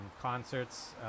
concerts